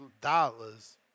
dollars